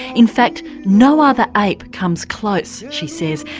in fact no other ape comes close, she says,